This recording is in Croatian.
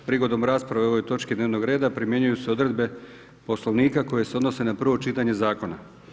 Prigodom rasprave o ovoj točki dnevnog reda primjenjuju se odredbe Poslovnika koje se odnose na prvo čitanje zakona.